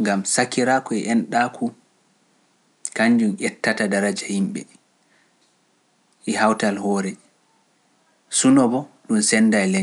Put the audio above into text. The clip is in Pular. ngam sakiraaku e enɗaaku kannjum ettata daraja himɓe e hawtal hoore lenyol, suno boo e sennday lenyol.